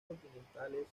continentales